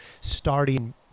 starting